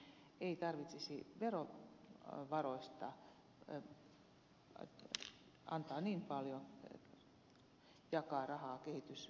silloin ei tarvitsisi verovaroista jakaa niin paljon rahaa kehitysyhteistyöhön